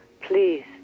please